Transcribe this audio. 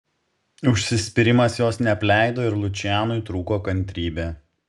užsispyrimas jos neapleido ir lučianui trūko kantrybė